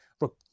look